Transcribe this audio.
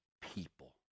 people